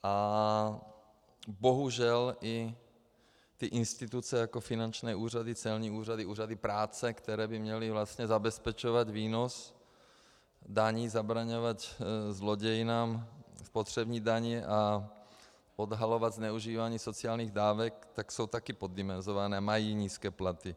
A bohužel i ty instituce jako finanční úřady, celní úřady, úřady práce, které by měly vlastně zabezpečovat výnos daní, zabraňovat zlodějnám spotřební daně a odhalovat zneužívání sociálních dávek, jsou také poddimenzované, mají nízké platy.